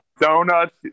donuts